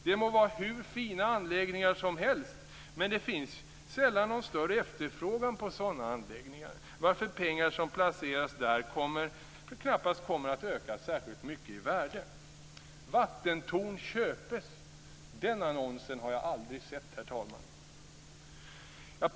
Det må vara hur fina anläggningar som helst, men det finns sällan någon större efterfrågan på sådana anläggningar, varför pengar som placeras där knappast kommer att öka särskilt mycket i värde. Vattentorn köpes! Den annonsen har jag aldrig sett, herr talman.